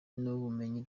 n’ubumenyi